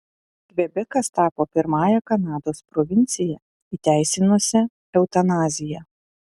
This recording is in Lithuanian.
kvebekas tapo pirmąja kanados provincija įteisinusia eutanaziją